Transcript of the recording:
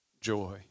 Joy